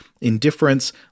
indifference